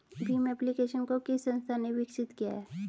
Bhim application को किस संस्था ने विकसित किया है?